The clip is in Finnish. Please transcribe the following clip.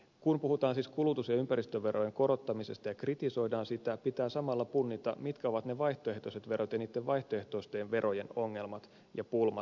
kun puhutaan siis kulutus ja ympäristöverojen korottamisesta ja kritisoidaan sitä pitää samalla punnita mitkä ovat ne vaihtoehtoiset verot ja niitten vaihtoehtoisten verojen ongelmat ja pulmat